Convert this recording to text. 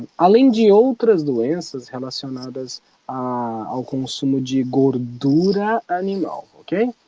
allen geoq residences harrison others alchemist emoji go do that um you know okay